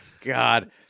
God